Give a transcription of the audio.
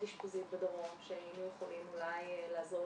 אשפוזית בדרום שהיינו יכולים אולי לעזור